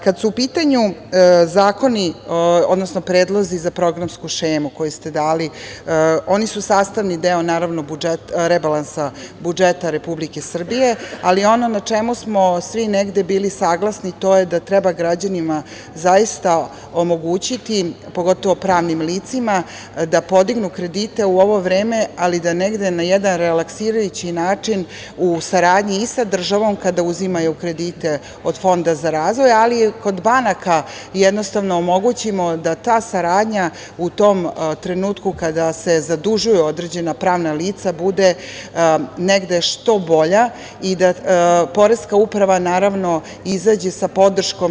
Kada su u pitanju predlozi za programsku šemu koju ste dali, oni su sastavni deo rebalansa budžeta Republike Srbije, ali ono na čemu smo svi negde bili saglasni to je da treba građanima zaista omogućiti, pogotovo pravnim licima da podignu kredite u ovo vreme, ali da negde na jedan relaksirajući način, u saradnji i sa državom kada uzimaju kredite od Fonda za razvoj, ali i kod banaka jednostavno omogućimo da ta saradnja u tom trenutku kada se zadužuju određena pravna lica bude negde što bolja i da Poreska uprava izađe sa podrškom.